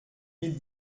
mille